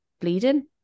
bleeding